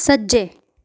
सज्जै